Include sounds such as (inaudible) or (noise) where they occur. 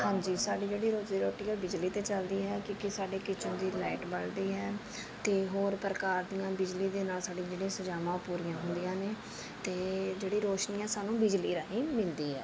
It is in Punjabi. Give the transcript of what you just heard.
ਹਾਂਜੀ ਸਾਡੀ ਜਿਹੜੀ ਰੋਜ਼ੀ ਰੋਟੀ ਹੈ ਬਿਜਲੀ 'ਤੇ ਚੱਲਦੀ ਹੈ ਕਿਉਂਕਿ ਸਾਡੇ ਕਿਚਨ ਦੀ ਲਾਈਟ ਬਲ਼ਦੀ ਹੈ ਅਤੇ ਹੋਰ ਪ੍ਰਕਾਰ ਦੀਆਂ ਬਿਜਲੀ ਦੇ ਨਾਲ ਸਾਡੀਆਂ ਜਿਹੜੀਆਂ (unintelligible) ਪੂਰੀਆਂ ਹੁੰਦੀਆਂ ਨੇ ਅਤੇ ਜਿਹੜੀ ਰੌਸ਼ਨੀ ਹੈ ਸਾਨੂੰ ਬਿਜਲੀ ਰਾਹੀਂ ਮਿਲਦੀ ਹੈ